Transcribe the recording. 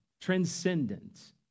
transcendent